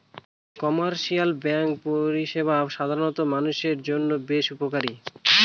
commercial banking পরিষেবা সাধারণ মানুষের জন্য বেশ উপকারী